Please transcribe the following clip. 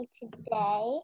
today